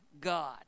God